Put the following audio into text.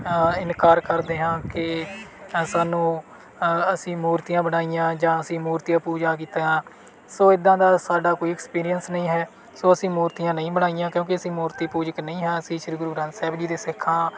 ਇਨਕਾਰ ਕਰਦੇ ਹਾਂ ਕਿ ਸਾਨੂੰ ਅਸੀਂ ਮੂਰਤੀਆਂ ਬਣਾਈਆਂ ਜਾਂ ਅਸੀਂ ਮੂਰਤੀਆਂ ਪੂਜਾ ਕੀਤਾ ਸੋ ਇੱਦਾਂ ਦਾ ਸਾਡਾ ਕੋਈ ਇਕਸਪੀਰੀਅਸ ਨਹੀਂ ਹੈ ਸੋ ਅਸੀਂ ਮੂਰਤੀਆਂ ਨਹੀਂ ਬਣਾਈਆਂ ਕਿਉਂਕਿ ਅਸੀਂ ਮੂਰਤੀ ਪੂਜਕ ਨਹੀਂ ਹਾਂ ਅਸੀਂ ਸ਼੍ਰੀ ਗੁਰੂ ਗ੍ਰੰਥ ਸਾਹਿਬ ਜੀ ਦੇ ਸਿੱਖ ਹਾਂ